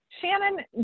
Shannon